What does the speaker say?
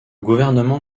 gouvernement